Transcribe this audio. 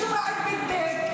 (אומרת בערבית: